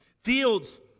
Fields